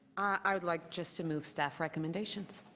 i'd like just to move staff recommendations.